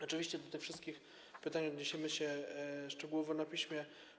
Oczywiście do tych wszystkich pytań odniesiemy się szczegółowo na piśmie.